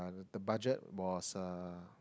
the budget was uh